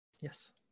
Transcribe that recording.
Yes